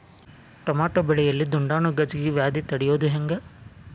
Tomato ಬೆಳೆಯಲ್ಲಿ ದುಂಡಾಣು ಗಜ್ಗಿ ವ್ಯಾಧಿ ತಡಿಯೊದ ಹೆಂಗ್?